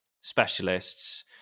specialists